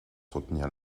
soutenir